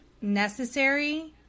necessary